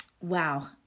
wow